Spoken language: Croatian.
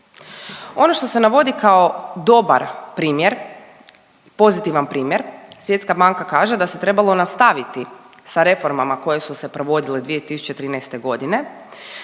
Ono što se navodi kao dobar primjer, pozitivan primjer Svjetska banka kaže da se trebalo nastaviti sa reformama koje su se provodile 2013. godine